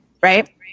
right